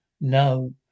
No